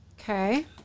Okay